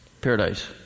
Paradise